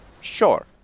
Sure